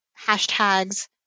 hashtags